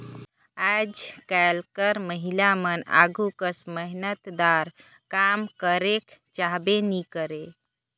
आएज काएल कर महिलामन आघु कस मेहनतदार काम करेक चाहबे नी करे